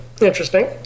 interesting